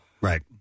Right